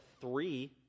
three